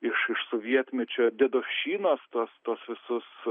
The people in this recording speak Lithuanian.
iš iš sovietmečio dedovščynas tos tuos visus